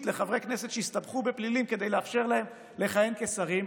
לחברי כנסת שהסתבכו בפלילים כדי לאפשר להם לכהן כשרים.